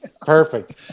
Perfect